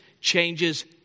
changes